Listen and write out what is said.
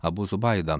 abu zubaida